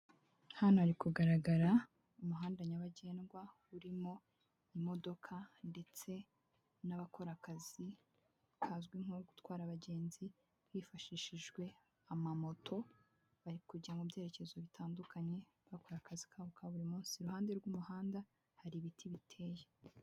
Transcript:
Hano hari kugaragara umuhanda nyabagendwa urimo imodoka ndetse n'abakora akazi kazwi nko gutwara abagenzi hifashishijwe amamoto, bari kujya mu byerekezo bitandukanye bakora akazi kabo ka buri munsi, iruhande rw'umuhanda hari ibiti biteye.